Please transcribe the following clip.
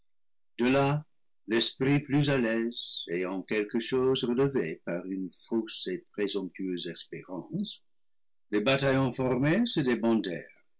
l'esprit plus à l'aise et en quelque chose relevé par une fausse et présomptueuse espérance les bataillons formés